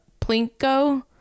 plinko